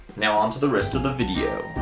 now onto the rest of the video.